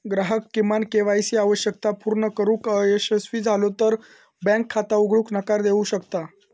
ग्राहक किमान KYC आवश्यकता पूर्ण करुक अयशस्वी झालो तर बँक खाता उघडूक नकार देऊ शकता